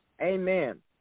Amen